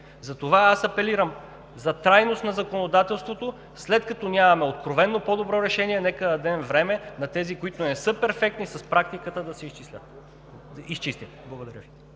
Затова аз апелирам за трайност на законодателството. След като нямаме откровено по-добро решение, нека дадем време на тези, които не са перфектни, с практиката да се изчистят. Благодаря Ви.